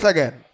Again